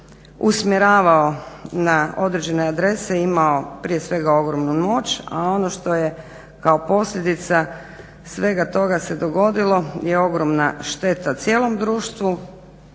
usmjeravao na određene adrese imao prije svega ogromnu moć, a ono što je kako posljedica svega toga se dogodilo, je ogromna šteta cijelom društvu,